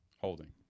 Holding